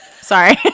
Sorry